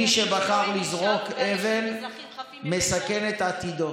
מי שבחר לזרוק אבן מסכן את עתידו